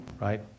right